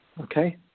Okay